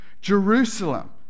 Jerusalem